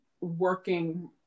working